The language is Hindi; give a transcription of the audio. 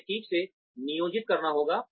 इसे ठीक से नियोजित करना होगा